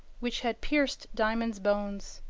which had pierced diamond's bones,